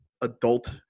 adult